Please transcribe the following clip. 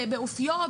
באופיו,